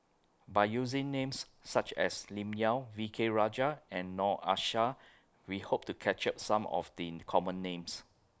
By using Names such as Lim Yau V K Rajah and Noor Aishah We Hope to capture Some of The Common Names